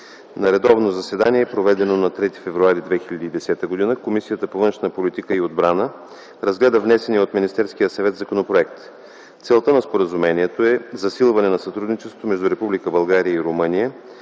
На редовно заседание, проведено на 3 февруари 2010 г., Комисията по външна политика и отбрана разгледа внесения от Министерския съвет законопроект. Целта на споразумението е засилване на сътрудничеството между Република България и Румъния